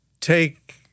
take